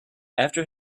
after